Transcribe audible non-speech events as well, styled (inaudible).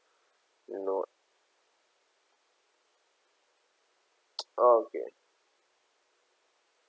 you know (noise) oh okay